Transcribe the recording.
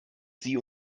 sie